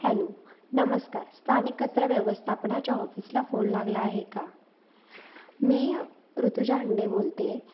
hello नमस्कार स्थानिक कचरा व्यवस्थापनाच्या ऑफिसला फोन लागला आहे का मी ऋतुजा हंडे बोलते